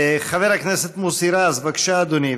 חבר הכנסת מוסי רז, בבקשה, אדוני.